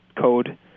code